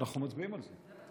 אנחנו מצביעים על זה.